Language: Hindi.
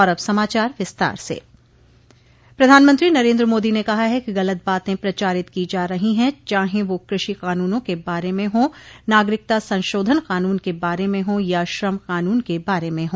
अब समाचार विस्तार से प्रधानमंत्री नरेन्द्र मोदी ने कहा है कि गलत बातें प्रचारित की जा रही हैं चाहें वो कृषि कानूनों के बारे में हो नागरिकता संशोधन कानून के बारे में हो या श्रम कानून के बारे में हो